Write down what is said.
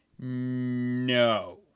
No